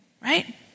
right